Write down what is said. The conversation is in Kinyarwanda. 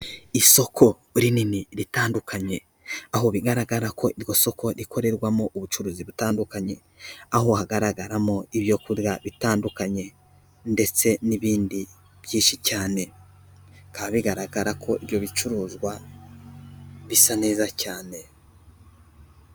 Isoko rinini ritandukanye, aho bigaragara ko iryo soko rikorerwamo ubucuruzi butandukanye, aho hagaragaramo ibyo kurya bitandukanye ndetse n'ibindi byinshi cyane, bikaba bigaragara ko ibyo bicuruzwa bisa neza cyane.